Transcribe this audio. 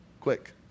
Quick